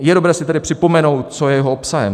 Je dobré si tady připomenout, co je jeho obsahem.